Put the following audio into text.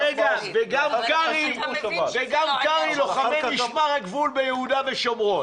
וגם, קרעי, לוחמי משמר הגבול ביהודה ושומרון.